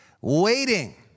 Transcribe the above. Waiting